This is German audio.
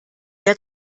der